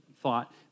thought